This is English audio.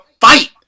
fight